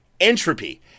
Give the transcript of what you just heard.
Entropy